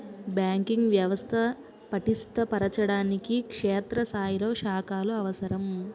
banking వ్యవస్థ పటిష్ట పరచడానికి క్షేత్రస్థాయిలో శాఖలు అవసరం